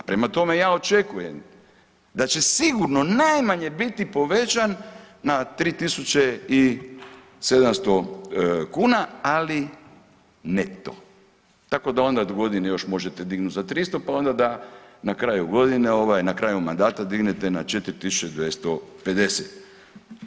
Prema tome, ja očekujem da će sigurno najmanje biti povećan na 3.700 kuna, ali neto, tako da onda dogodine još možete dignut za 300, pa onda da na kraju godine ovaj, na kraju mandata dignete na 4.250.